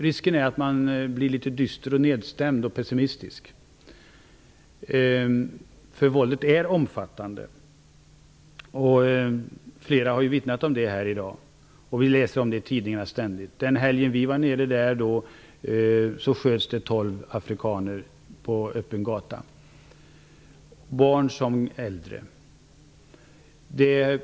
Risken är att man blir litet dyster, nedstämd och pessimistisk, för våldet är omfattande. Flera har vittnat om det här i dag. Vi läser ständigt om det i tidningarna. Den helgen vi var nere sköts tolv afrikaner på öppen gata -- barn som äldre.